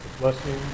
blessing